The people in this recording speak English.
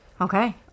okay